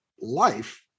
life